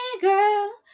girl